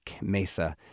mesa